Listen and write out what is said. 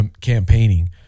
campaigning